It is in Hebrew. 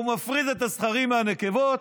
הוא מפריד את הזכרים מהנקבות,